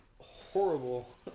horrible